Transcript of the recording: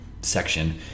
section